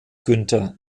günther